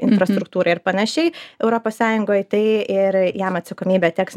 infrastruktūrai ir panašiai europos sąjungoj tai ir jam atsakomybė teks